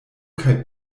kaj